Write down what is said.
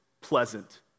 pleasant